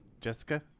Jessica